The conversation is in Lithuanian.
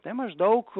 tai maždaug